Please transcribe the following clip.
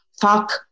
fuck